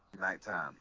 nighttime